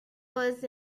was